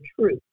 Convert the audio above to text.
truth